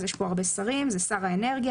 אז יש פה הרבה שרים: שר האנרגיה,